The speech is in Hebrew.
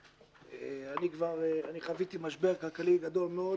ואני חוויתי משבר כלכלי גדול מאוד